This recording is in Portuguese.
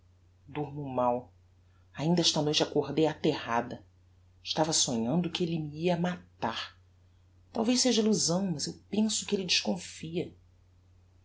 durmo mal ainda esta noite acordei aterrada estava sonhando que elle me ia matar talvez seja illusão mas eu penso que elle desconfia